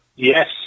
Yes